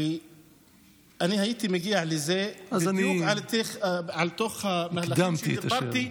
ואני הייתי מגיע לזה בדיוק תוך המהלכים שדיברתי,